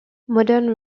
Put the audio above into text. modern